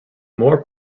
more